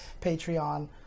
Patreon